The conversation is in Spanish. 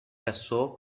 casó